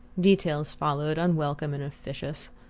details followed, unwelcome and officious.